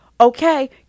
okay